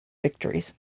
victories